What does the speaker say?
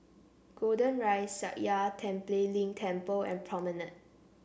Golden Rise Sakya Tenphel Ling Temple and Promenade